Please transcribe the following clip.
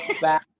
back